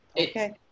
okay